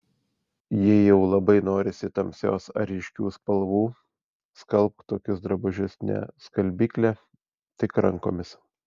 jei jau labai norisi tamsios ar ryškių spalvų skalbk tokius drabužius ne skalbykle tik rankomis